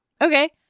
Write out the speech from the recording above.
okay